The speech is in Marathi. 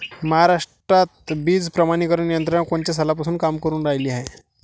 महाराष्ट्रात बीज प्रमानीकरण यंत्रना कोनच्या सालापासून काम करुन रायली हाये?